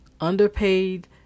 underpaid